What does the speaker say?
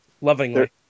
Lovingly